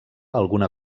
alguna